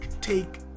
take